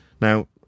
Now